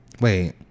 Wait